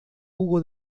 hugo